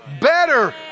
better